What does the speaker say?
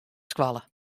skoalle